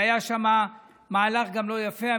היה שם מהלך לא יפה.